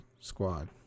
squad